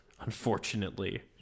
Unfortunately